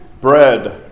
bread